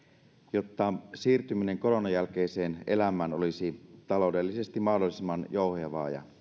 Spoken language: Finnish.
jotta siirtyminen koronan jälkeiseen elämään olisi taloudellisesti mahdollisimman jouhevaa ja